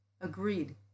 agreed